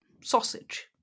sausage